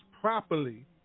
properly